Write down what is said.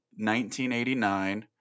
1989